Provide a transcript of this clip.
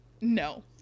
No